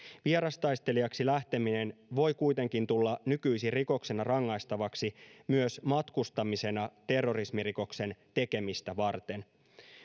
vierastaistelijaksi lähteminen voi kuitenkin tulla nykyisin rikoksena rangaistavaksi myös matkustamisena terrorismirikoksen tekemistä varten